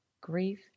Grief